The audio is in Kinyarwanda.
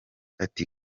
ati